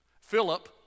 Philip